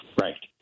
Right